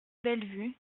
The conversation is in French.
bellevue